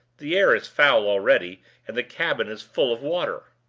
the air is foul already and the cabin is full of water.